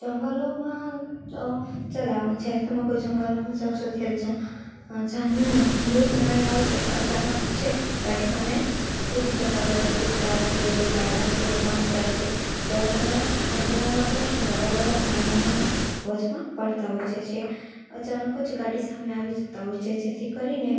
જંગલોમાં ચલાવવા જ્યારે તમે કોઈ જંગલોમાં જાવ છો ત્યારે જંગલી પ્રાણીઓ હોય છે અચાનક ગાડી સામે કૂદી જતા હોય છે કૂતરા છે બિલાડા છે વાંદરા છે જ્યારે તમે જંગલોમાં જાવ છો તો આવા બધા પ્રાણીઓ વચમાં પડતા હોય છે જે અચાનક જ ગાડી સામે આવી જતા હોય છે જેથી કરીને